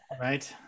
right